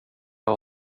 har